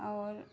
ଔର୍